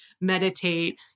meditate